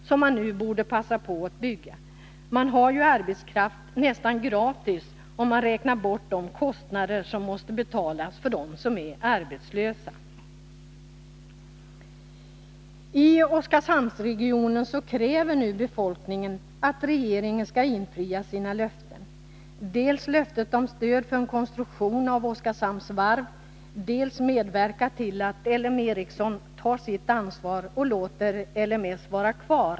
Således borde man nu passa på att bygga: Man har ju arbetskraft nästan gratis, om man räknar bort de summor som måste betalas för dem som är arbetslösa. I Oskarshamnsregionen kräver nu befolkningen att regeringen skall infria sina löften. Det gäller löftet om stöd för en rekonstruktion av Oskarshamns varv, och det gäller att man skall medverka till att L M Ericsson tar sitt ansvar genom att låta verksamheten vara kvar.